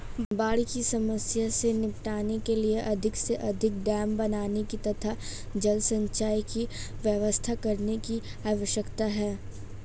बाढ़ की समस्या से निपटने के लिए अधिक से अधिक डेम बनाने की तथा जल संचय की व्यवस्था करने की आवश्यकता है